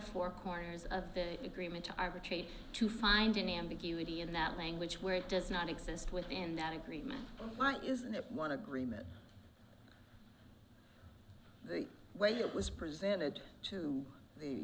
four corners of the agreement to arbitrate to find an ambiguity in that language where it does not exist within that agreement why isn't there one agreement the way it was presented to the